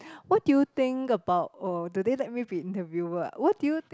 what do you think about or do they let me be interviewer what do you think